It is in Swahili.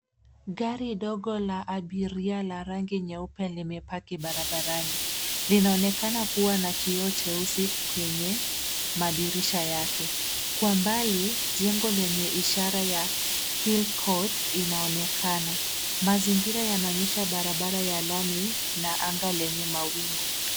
Gari dogo la abiria la rangi nyeupe limepaki barabarani. Linaonekana kuwa na kioo cheusi kwenye madirisha yake. Kwa mbali, jengo lenye ishara ya Hill Court inaonekana. Mazingira yanaonyesha barabara ya lami na anga lenye mawingu.